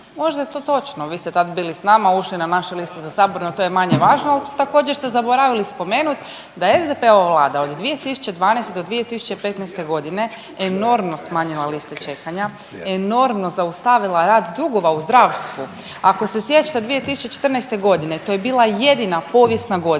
Možda je to točno, vi ste tad bili s nama, ušli na naše liste za sabor, no to je manje važno, al također ste zaboravili spomenut da je SDP-ova Vlada od 2012. do 2015.g. enormno smanjila liste čekanja, enormno zaustavila rast dugova u zdravstvu. Ako se sjećate 2014.g. to je bila jedina povijesna godina